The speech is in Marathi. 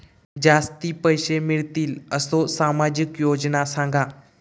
जास्ती पैशे मिळतील असो सामाजिक योजना सांगा?